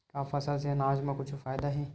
का फसल से आनाज मा कुछु फ़ायदा हे?